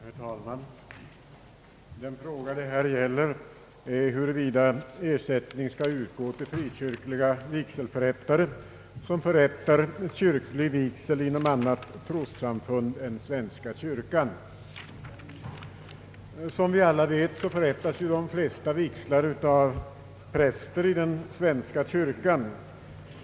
Herr talman! Den fråga det här gäller är huruvida ersättning skall utgå till frikyrkliga vigselförrättare som förrättar kyrklig vigsel inom annat trossamfund än svenska kyrkan. Som vi alla vet förrättas de flesta vigslar av präster i svenska kyrkan.